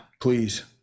please